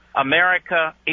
America